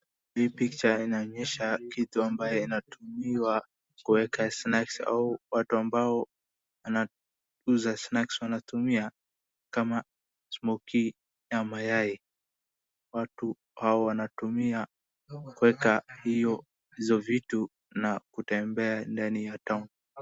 Hii picha inaonyesha kitu ambayo inatumiwa kuweka snacks au watu ambao wanauza snacks wanatumia kama smokie na mayai. Watu hawa wanatumia kuweka hizo vitu na kutembea ndani ya town .